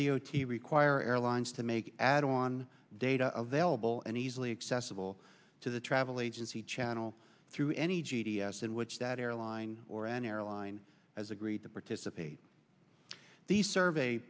d o t require airlines to make add on data available and easily accessible to the travel agency channel through any g d s in which that airline mine or an airline has agreed to participate in the survey